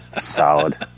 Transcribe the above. Solid